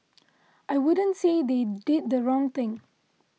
I wouldn't say they did the wrong thing